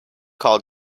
call